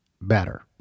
better